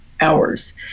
hours